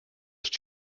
ist